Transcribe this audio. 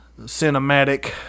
cinematic